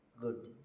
good